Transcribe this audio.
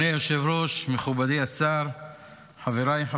הצעת חוק הביטוח הלאומי (תיקון מס'